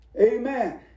Amen